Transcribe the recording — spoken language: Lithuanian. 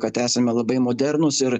kad esame labai modernūs ir